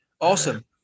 Awesome